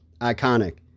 iconic